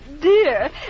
Dear